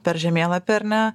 per žemėlapį ar ne